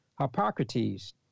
Hippocrates